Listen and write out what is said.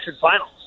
finals